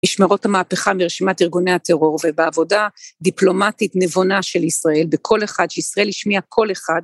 משמרות המהפכה מרשימת ארגוני הטרור ובעבודה דיפלומטית נבונה של ישראל בכל אחד, שישראל השמיעה כל אחד.